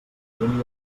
vivim